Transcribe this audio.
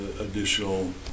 additional